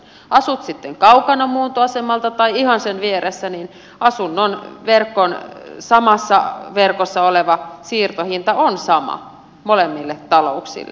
asut sitten kaukana muuntoasemalta tai ihan sen vieressä niin samassa verkossa oleva siirtohinta on sama molemmille talouksille